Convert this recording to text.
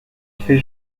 fait